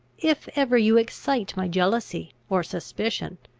if ever you excite my jealousy or suspicion,